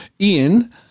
Ian